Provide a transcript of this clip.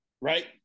right